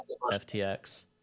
FTX